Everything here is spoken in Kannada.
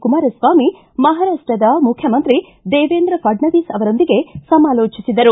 ಕುಮಾರಸ್ವಾಮಿ ಮಹಾರಾಷ್ಟದ ಮುಖ್ಯಮಂತ್ರಿ ದೇವೇಂದ್ರ ಫಡ್ನವೀಸ್ ಅವರೊಂದಿಗೆ ಸಮಾಲೋಚಿಸಿದರು